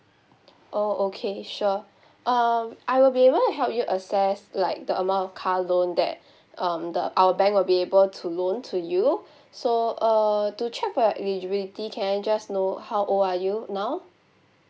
oh okay sure um I will be able to help you assess like the amount of car loan that um the our bank will be able to loan to you so uh to check for your eligibility can I just know how old are you now